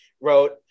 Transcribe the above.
wrote